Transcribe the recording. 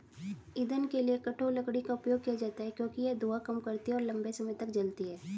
ईंधन के लिए कठोर लकड़ी का उपयोग किया जाता है क्योंकि यह धुआं कम करती है और लंबे समय तक जलती है